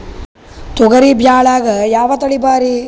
ತೊಗರಿ ಬ್ಯಾಳ್ಯಾಗ ಯಾವ ತಳಿ ಭಾರಿ?